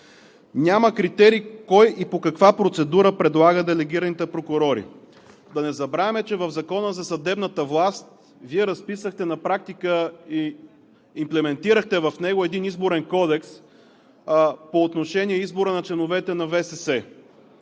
няма критерий кой и по каква процедура предлага делегираните прокурори. Да не забравяме, че в Закона за съдебната власт на практика Вие разписахте, имплементирахте в него един изборен кодекс по отношение избора на членовете на ВСС.